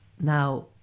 now